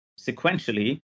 sequentially